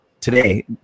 today